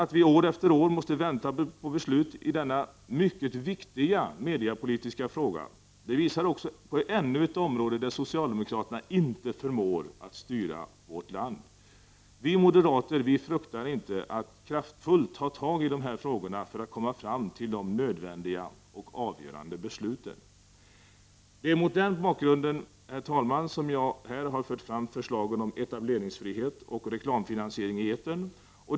Att vi år efter år måste vänta på beslut i denna mycket viktiga mediapolitiska fråga visar att det här är ännu ett område där socialdemokraterna inte förmår att styra vårt land. Vi moderater fruktar inte att kraftfullt ta tag i de här frågorna för att komma fram till de nödvändiga avgörande besluten. Det är mot den bakgrunden, herr talman, som jag här för fram förslagen om etableringsfrihet och reklamfinansiering i etern.